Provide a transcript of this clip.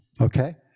Okay